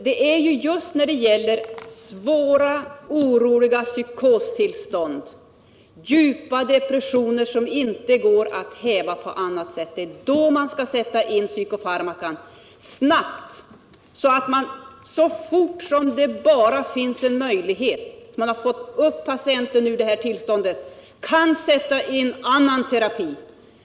Det är just i fråga om svåra, oroliga psykostillstånd och djupa depressioner som det inte går att häva på annat sätt som man snabbt skall sätta in psykofarmakan, så att man så fort som det någonsin är möjligt får patienten ur detta tillstånd och kan sätta in annan terapi.